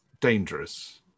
dangerous